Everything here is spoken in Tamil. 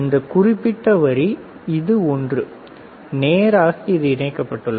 இந்த குறிப்பிட்ட வரி இது ஒன்று நேராக இது இணைக்கப்பட்டுள்ளது